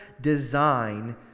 design